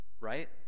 Right